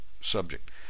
subject